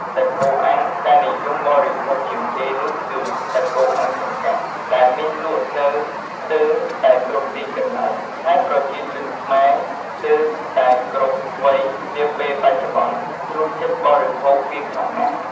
សាច់គោអាំងដែលនិយមបរិភោគជាងគេនោះគឺ សាច់គោអាំងចង្កាក់ ដែលមានលក់នៅស្ទើរតែគ្រប់ទីកន្លែង ហើយប្រជាជនខ្មែរស្ទើរតែគ្រប់វ័យនាពេលបច្ចុប្បន្នចូលចិត្តបរិភោគវាខ្លាំងណាស់។